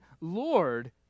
Lord